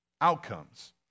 outcomes